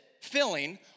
filling